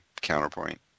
counterpoint